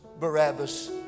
Barabbas